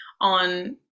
on